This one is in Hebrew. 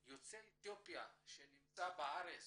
יוצא אתיופיה שנמצא בארץ